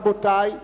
רבותי,